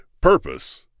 Purpose